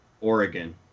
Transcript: Oregon